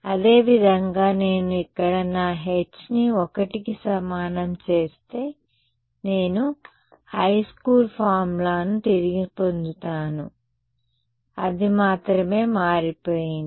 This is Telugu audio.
అదేవిధంగా నేను ఇక్కడ నా h ని 1 కి సమానం చేస్తే నేను నా హైస్కూల్ ఫార్ములాలను తిరిగి పొందుతాను అది మాత్రమే మారిపోయింది